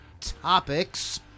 topics